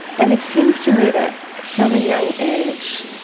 and it seems to me that from a young age,